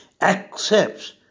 accepts